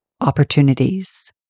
opportunities